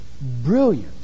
brilliant